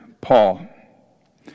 Paul